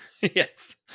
Yes